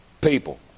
people